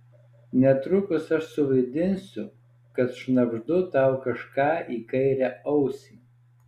netrukus aš suvaidinsiu kad šnabždu tau kažką į kairę ausį